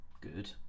good